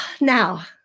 Now